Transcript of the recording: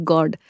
God